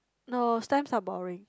no stamps are boring